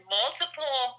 multiple